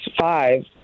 five